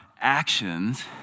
actions